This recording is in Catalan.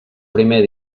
primer